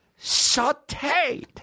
sauteed